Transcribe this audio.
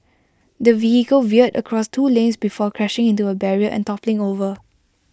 the vehicle veered across two lanes before crashing into A barrier and toppling over